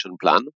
plan